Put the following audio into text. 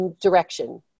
direction